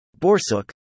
Borsuk